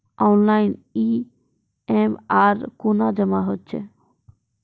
Online EMI कूना जमा हेतु छै?